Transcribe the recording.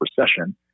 recession